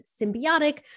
symbiotic